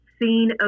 seen